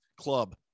club